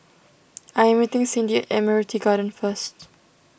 I am meeting Cyndi at Admiralty Garden first